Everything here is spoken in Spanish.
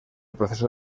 proceso